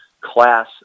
class